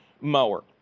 mower